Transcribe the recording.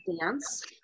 dance